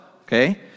Okay